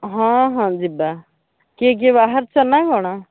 ହଁ ହଁ ଯିବା କିଏ କିଏ ବାହାରିଛ ନା କ'ଣ